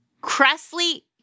Cressley